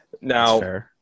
Now